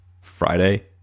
Friday